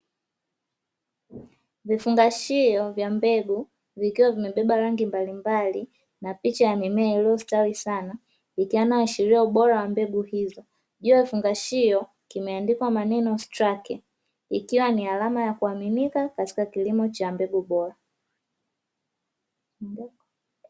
Vifungashio vya mbegu vikiwa vimebeba rangi mbalimbali na picha ya mimea, iliyostawi sana ikiwainashiria ubora wa mbegu hizo. Juu ya vifungashio kimeandikwa maneno "starke" ikiwa ni alama ya kuaminika katika kilimo cha mbegu bora.